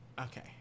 okay